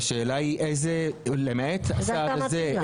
השאלה היא למעט הסעד הזה,